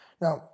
Now